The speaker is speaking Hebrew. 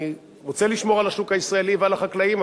אני רוצה לשמור על השוק הישראלי ועל החקלאים,